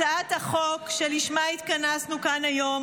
הצעת החוק שלשמה התכנסנו כאן היום,